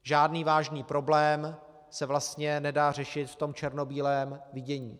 Žádný vážný problém se vlastně nedá řešit v tom černobílém vidění.